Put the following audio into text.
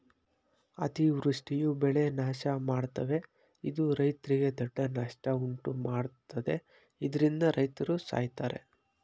ಅತಿವೃಷ್ಟಿಯು ಬೆಳೆ ನಾಶಮಾಡ್ತವೆ ಇದು ರೈತ್ರಿಗೆ ದೊಡ್ಡ ನಷ್ಟ ಉಂಟುಮಾಡ್ತದೆ ಇದ್ರಿಂದ ರೈತ್ರು ಸಾಯ್ತರೆ